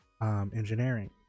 Engineering